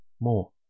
More